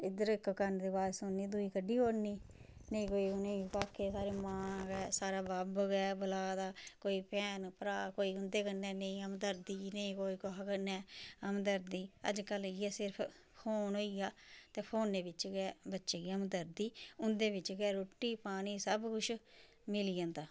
इद्धर इक कन्न च अवाज सुंनदे ते दूई कड्ढी ओड़नी नेईं कोई उ'नेंगी भाक्खे सारे साढ़ा मां गै साढ़ा बब्ब बला दा कोई भैन भ्राऽ कोई उं'दे कन्नै नेईं हमदर्दी नेईं कोई कुसै कन्नै हमदर्दी अज्जकल इयै सिर्फ फोन होई गेआ ते फोनै बिच्च गै बच्चे गी हमदर्दी उं'दे बिच्च गै रुट्टी पानी सब कुछ मिली जंदा